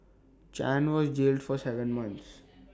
chan was jailed for Seven months